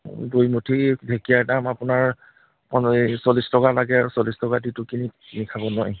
দুই মুঠি ঢেকীয়াৰ দাম আপোনাৰ চল্লিছ টকা লাগে আৰু চল্লিছ টকা দিতো কি কিনি খাব নোৱাৰি